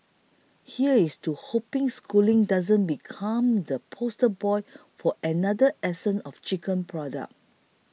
here's to hoping Schooling doesn't become the poster boy for another 'essence of chicken' product